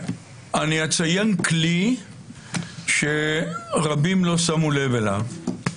אני אציין כלי שרבים לא שמו לב אליו.